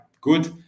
good